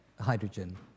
hydrogen